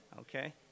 Okay